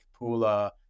Pula